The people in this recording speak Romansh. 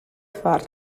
far